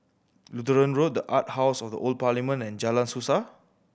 Lutheran Road The Art House at the Old Parliament and Jalan Suasa